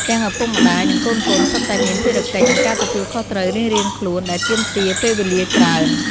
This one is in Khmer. ទាំងឪពុកម្ដាយ និងកូនៗសុទ្ធតែមាន ភារកិច្ច និងការទទួលខុសត្រូវរៀងៗខ្លួន ដែលទាមទារពេលវេលាច្រើន។